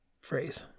phrase